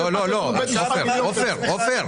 --- לא, עופר, לא בלאגן.